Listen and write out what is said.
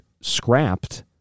scrapped